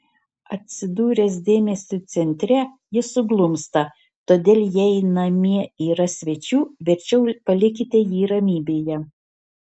atsidūręs dėmesio centre jis suglumsta todėl jei namie yra svečių verčiau palikite jį ramybėje